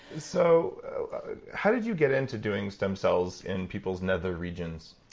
so how did you get into doing stem cells in people's nether regions?